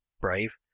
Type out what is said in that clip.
brave